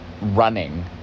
running